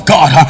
God